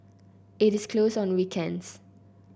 it is closed on weekends